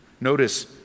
Notice